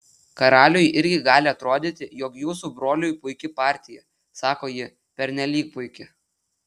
karaliui irgi gali atrodyti jog jūsų broliui puiki partija sako ji pernelyg puiki